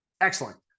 Excellent